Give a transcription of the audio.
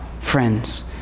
friends